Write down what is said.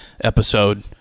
episode